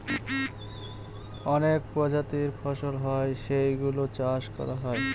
অনেক প্রজাতির ফসল হয় যেই গুলো চাষ করা হয়